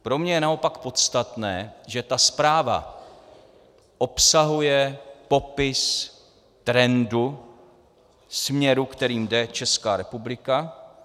Pro mě je naopak podstatné, že ta zpráva obsahuje popis trendu, směru, kterým jde Česká republika.